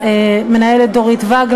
למנהלת דורית ואג,